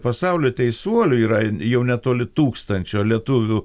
pasaulio teisuolių yra jau netoli tūkstančio lietuvių